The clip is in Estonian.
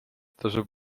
tasub